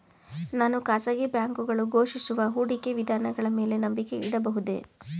ನಾನು ಖಾಸಗಿ ಬ್ಯಾಂಕುಗಳು ಘೋಷಿಸುವ ಹೂಡಿಕೆ ವಿಧಾನಗಳ ಮೇಲೆ ನಂಬಿಕೆ ಇಡಬಹುದೇ?